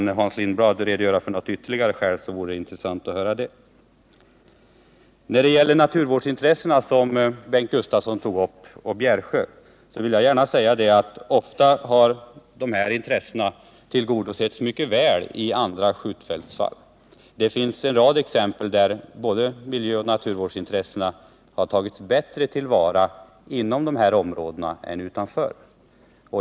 Kan Hans Lindblad redogöra för något ytterligare skäl, så vore det intressant. När det gäller naturvårdsintressena och Bjärsjö, som Bengt Gustavsson tog upp, vill jag gärna säga att de intressena ofta mycket väl tillgodosetts när det gällt andra skjutfält. Det finns en rad exempel på att både miljöoch naturvårdsintressena tagits bättre till vara inom dessa områden än utanför.